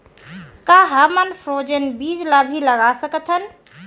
का हमन फ्रोजेन बीज ला भी लगा सकथन?